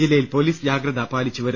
ജില്ലയിൽ പൊലീസ് ജാഗ്രത പാലിച്ചുവരുന്നു